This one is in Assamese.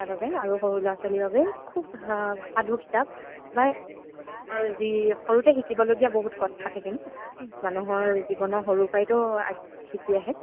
তাৰ বাবে আৰু সৰু ল'ৰা ছোৱালীৰ বাবে খুব সাধু কিতাপ বা মানুহৰ যি সৰুতে শিকিবলগীয়া বহুত কথা থাকে নহ্ মানুহৰ জীৱনৰ সৰুৰ পৰাইতো আ শিকি আহে